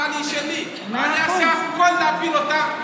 אפשר להעיר לך ברוח טובה?